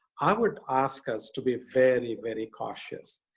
i would ask us to be very, very cautious.